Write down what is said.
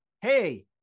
hey